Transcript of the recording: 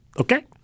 okay